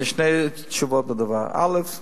שתי תשובות בדבר: א.